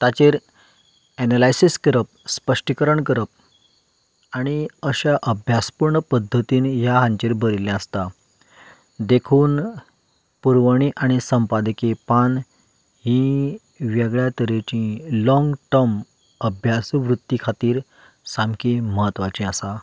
ताचेर एनलायसिस करप स्पश्टीकरण करप आनी अशा अभ्यासपूर्ण पद्दतींनी ह्या हांचेर बरयिल्ले आसता देखून पुरवणी आनी संपादकीय पान हीं वेगळ्यां तरेची लोंग टर्म अभ्यास वृत्ती खातीर सामकी म्हत्वाची आसा